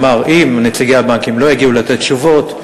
אמר שאם נציגי הבנקים לא יגיעו לתת תשובות,